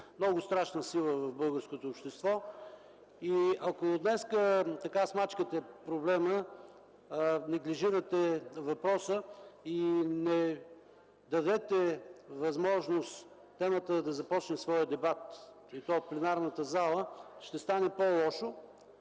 много страшна сила в българското общество. Ако днес смачкате проблема, неглижирате въпроса и не дадете възможност темата да започне своя дебат, при това в пленарната зала, ще стане по-лошо.